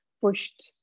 pushed